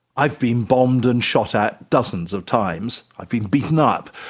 i've been bombed and shot at dozens of times, i've been beaten up,